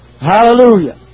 Hallelujah